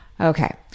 okay